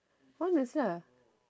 honest lah